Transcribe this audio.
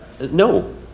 No